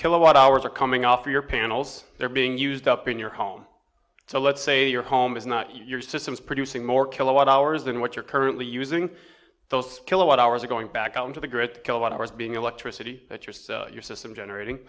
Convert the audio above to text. kilowatt hours are coming off your panels they're being used up in your home so let's say your home is not your system is producing more kilowatt hours than what you're currently using those kilowatt hours are going back into the grid kilowatt hours being electricity that use your system generating